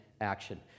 action